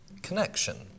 connection